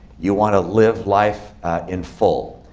you want to live life in full.